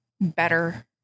better